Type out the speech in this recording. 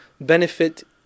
benefit